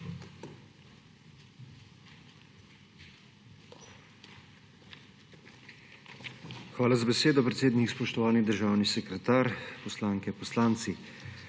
Hvala za besedo, gospod predsednik. Spoštovani državni sekretar, poslanke, poslanci!